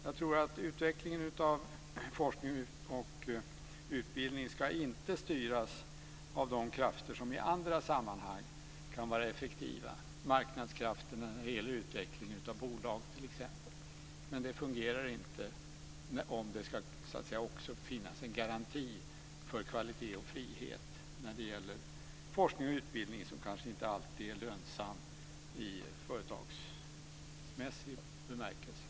Den utvecklingen ska inte styras av de krafter som i andra sammanhang kan vara effektiva. Marknadskrafterna, t.ex., är effektiva för utvecklingen av bolag. Men det fungerar inte om det ska finnas en garanti för kvalitet och frihet när det gäller forskning och utbildning som kanske inte alltid är lönsam i företagsmässig bemärkelse.